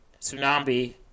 Tsunami